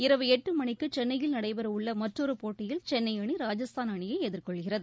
இரவு எட்டு மணிக்கு சென்னையில் நடைபெறவுள்ள மற்றொரு போட்டியில் சென்னை அணி ராஜஸ்தான் அணியை எதிர்கொள்கிறது